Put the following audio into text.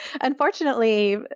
Unfortunately